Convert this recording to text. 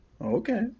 Okay